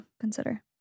Consider